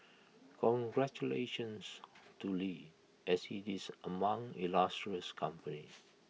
congratulations to lee as he is among illustrious company